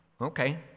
Okay